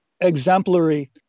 exemplary